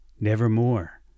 nevermore